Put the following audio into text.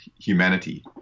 humanity